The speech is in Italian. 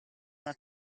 alla